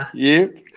you